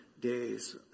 days